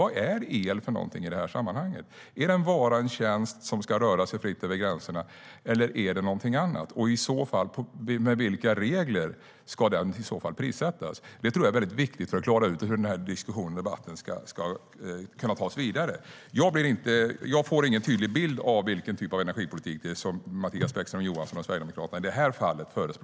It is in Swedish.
Vad är el i detta sammanhang? Är det en vara och en tjänst som ska röra sig fritt över gränserna, eller är det någonting annat? I så fall, med vilka regler ska den prissättas? Det tror jag är mycket viktigt för att klara ut hur den här diskussionen och debatten ska kunna tas vidare.